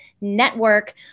network